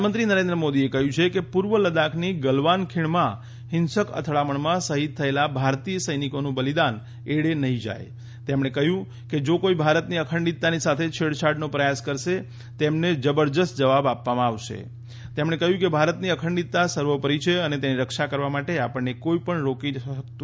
પ્રધાનમંત્રી નરેન્દ્ર મોદીએ કહ્યું છે કે પૂર્વ લદાખની ગલવાન ખીણમાં હિંસક અથડામણમાં શહિદ થયેલા ભારતીય સૈનિકોનું બલિદાન એળે નહી જાય તેમણે કહ્યું કે જે કોઇ ભારતની અખંડિત્તાની સાથે છેડછાડનો પ્રયાસ કરશે તેમને જબરજસ્ત જવાબ આપવમાં આવશે તેમણે કહ્યું કે ભારતની અખંડિતતા સર્વોપરિ છે અને તેની રક્ષા કરવા માટે આપણેને કોઇપણ રોકી નથી શકતુ